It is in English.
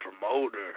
promoter